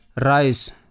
Rice